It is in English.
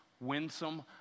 winsome